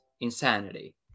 insanity